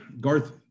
Garth